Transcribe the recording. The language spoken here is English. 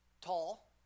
tall